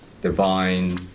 divine